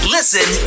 Listen